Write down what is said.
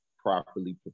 properly